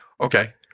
okay